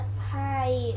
Hi